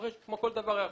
ודורש כמו כל דבר היערכות.